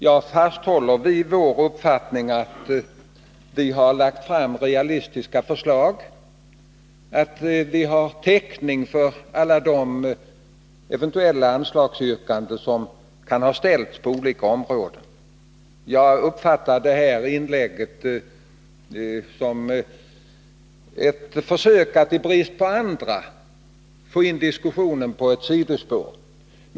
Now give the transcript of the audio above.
Jag fasthåller vid vår uppfattning att vi har lagt fram realistiska förslag och att vi har täckning för de anslagsyrkanden som kan ha ställts på olika områden. Jag uppfattade Per Peterssons inlägg som ett försök att i brist på andra argument få in diskussionen på ett sidospår.